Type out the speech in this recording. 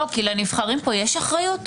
לנבחרים פה יש אחריות?